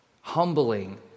humbling